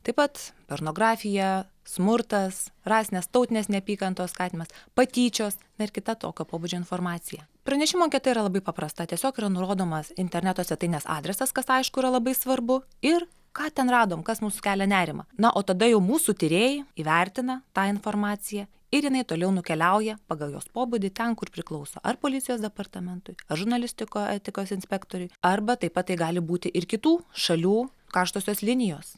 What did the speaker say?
taip pat pornografiją smurtas rasinės tautinės neapykantos skatinimas patyčios na ir kita tokio pobūdžio informacija pranešimo anketa yra labai paprasta tiesiog yra nurodomas interneto svetainės adresas kas aišku yra labai svarbu ir ką ten radom kas mum sukelia nerimą na o tada jau mūsų tyrėjai įvertina tą informaciją ir jinai toliau nukeliauja pagal jos pobūdį ten kur priklauso ar policijos departamentui ar žurnalistiko etikos inspektoriui arba taip pat tai gali būti ir kitų šalių karštosios linijos